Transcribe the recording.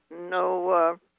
no